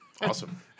awesome